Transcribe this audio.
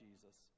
Jesus